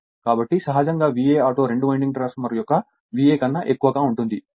కాబట్టి సహజంగా VA auto రెండు వైండింగ్ ట్రాన్స్ఫార్మర్ యొక్క VA కన్నా ఎక్కువగా ఉంటుంది